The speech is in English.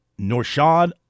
Norshad